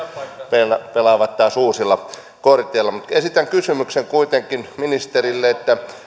teillä pelataan taas uusilla korteilla mutta esitän kysymyksen kuitenkin ministerille